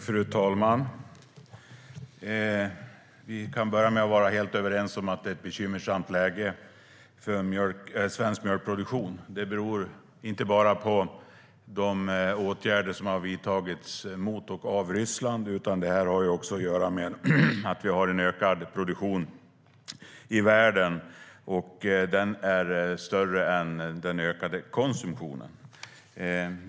Fru talman! Vi kan börja med att vara helt överens om att det är ett bekymmersamt läge för svensk mjölkproduktion. Det beror inte bara på de åtgärder som har vidtagits mot och av Ryssland, utan det har också att göra med att vi har en ökad produktion i världen. Den är större än den ökade konsumtionen.